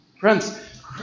Friends